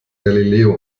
galileo